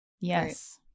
Yes